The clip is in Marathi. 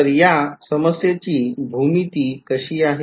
तर या समस्येची भूमिती कशी आहे